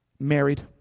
Married